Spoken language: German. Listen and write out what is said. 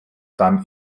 dann